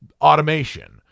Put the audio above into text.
automation